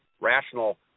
rational